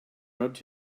rubbed